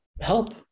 help